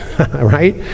Right